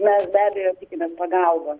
mes be abejo tikimės pagalbo